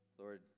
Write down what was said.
Lord